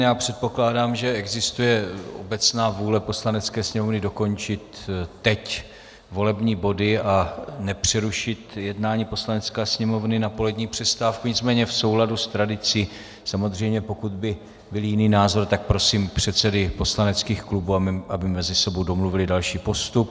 Já předpokládám, že existuje obecná vůle Poslanecké sněmovny dokončit teď volební body a nepřerušit jednání Poslanecké sněmovny na polední přestávku, nicméně v souladu s tradicí samozřejmě, pokud by byl jiný názor, tak prosím předsedy poslaneckých klubů, aby mezi sebou domluvili další postup.